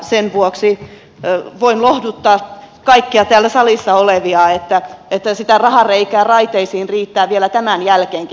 sen vuoksi voin lohduttaa kaikkia täällä salissa olevia että sitä rahareikää raiteisiin riittää vielä tämän jälkeenkin